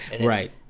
Right